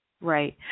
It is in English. Right